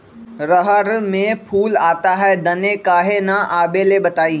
रहर मे फूल आता हैं दने काहे न आबेले बताई?